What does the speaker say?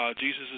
Jesus